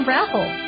Raffle